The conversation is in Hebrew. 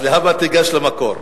אז להבא תיגש למקור.